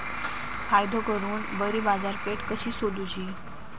फायदो करून बरी बाजारपेठ कशी सोदुची?